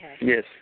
Yes